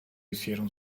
hicieron